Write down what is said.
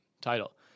title